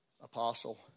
apostle